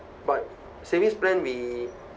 but savings plan we